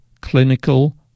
clinical